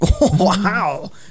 Wow